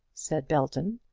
said belton.